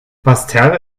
basseterre